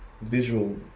visual